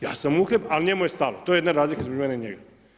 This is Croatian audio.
Ja sam uhljeb, a njemu je stalo, to je jedina razlika između mene i njega.